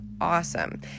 awesome